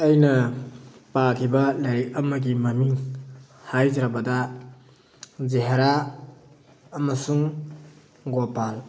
ꯑꯩꯅ ꯄꯥꯈꯤꯕ ꯂꯥꯏꯔꯤꯛ ꯑꯃꯒꯤ ꯃꯃꯤꯡ ꯍꯥꯏꯖꯔꯕꯗ ꯖꯍꯦꯔꯥ ꯑꯃꯁꯨꯡ ꯒꯣꯄꯥꯜ